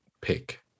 pick